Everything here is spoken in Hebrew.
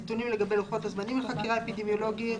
נתונים לגבי לוחות הזמנים לחקירה אפידמיולוגית,